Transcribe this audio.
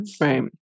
Right